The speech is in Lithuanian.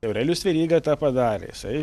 aurelijus veryga tą padarė jisai